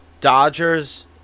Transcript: Dodgers